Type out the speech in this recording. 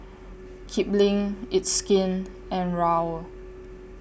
Kipling It's Skin and Raoul